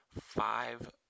five